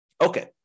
Okay